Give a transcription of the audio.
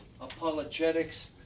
apologetics